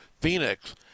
Phoenix